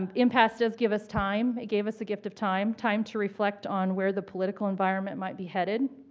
um impasse does give us time, it gave us the gift of time, time to reflect on where the political environment might be headed,